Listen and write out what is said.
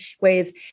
ways